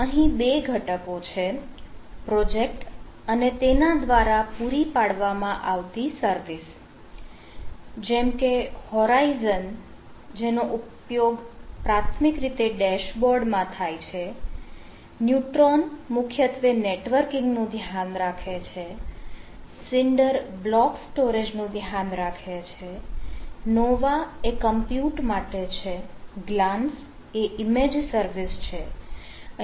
અહીં બે ઘટકો છે પ્રોજેક્ટ અને તે દ્વારા પૂરી પડાતી સર્વિસ જેમકે હોરાઇઝન એ ઇમેજ સર્વિસ છે